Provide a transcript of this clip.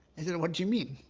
what do you mean?